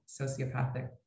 sociopathic